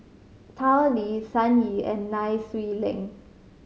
Tao Li Sun Yee and Nai Swee Leng